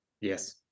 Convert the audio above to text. Yes